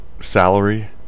salary